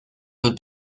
von